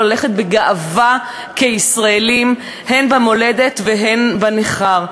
ללכת בגאווה כישראלים הן במולדת והן בנכר.